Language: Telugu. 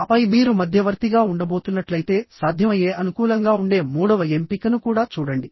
ఆపై మీరు మధ్యవర్తిగా ఉండబోతున్నట్లయితే సాధ్యమయ్యే అనుకూలంగా ఉండే మూడవ ఎంపికను కూడా చూడండి